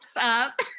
up